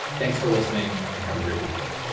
thanks for listening and have a great weekend